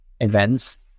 events